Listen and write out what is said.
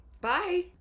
Bye